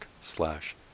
slash